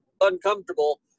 uncomfortable